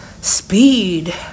Speed